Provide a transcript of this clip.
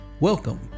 Welcome